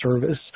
service